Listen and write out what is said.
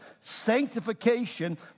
sanctification